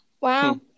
Wow